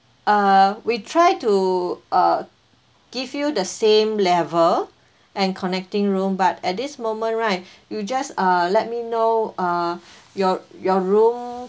uh we try to uh give you the same level and connecting room but at this moment right you just uh let me know uh your your room